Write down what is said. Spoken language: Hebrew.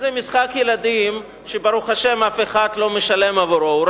זה משחק ילדים שברוך השם אף אחד לא משלם עבורו.